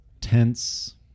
tense